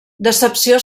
decepció